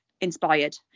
inspired